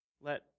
Let